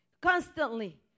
Constantly